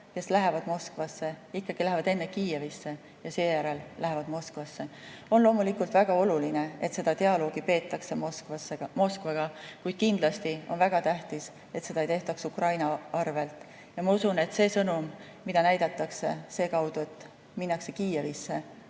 kes lähevad Moskvasse, lähevad ikkagi enne Kiievisse ja seejärel Moskvasse. On loomulikult väga oluline, et seda dialoogi peetakse Moskvaga, kuid kindlasti on väga tähtis, et seda ei tehtaks Ukraina arvel. Ja ma usun, et see sõnum, mida näidatakse seekaudu, et minnakse Kiievisse,